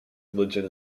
religion